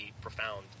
profound